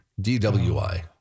DWI